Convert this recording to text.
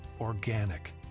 organic